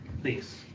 please